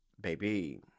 baby